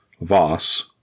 Voss